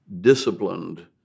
disciplined